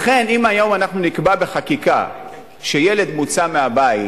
לכן אם היום נקבע בחקיקה שילד מוצא מהבית,